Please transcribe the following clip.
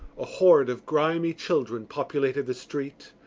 a horde of grimy children populated the street.